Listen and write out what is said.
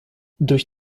durch